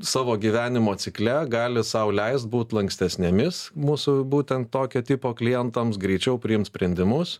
savo gyvenimo cikle gali sau leist būt lankstesnėmis mūsų būtent tokio tipo klientams greičiau priimt sprendimus